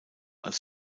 als